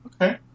Okay